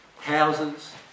Houses